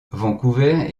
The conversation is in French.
vancouver